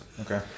Okay